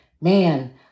man